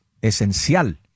esencial